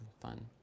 fun